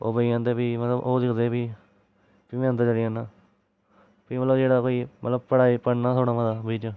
ओह् बेही जंदे फ्ही मतलब ओह् दिखदे फ्ही फ्ही में अंदर चली जन्नां फ्ही मतलब जेह्ड़ा कोई मतलब पढ़ाई पढ़ना थोह्ड़ा बोह्त बिच्च